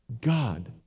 God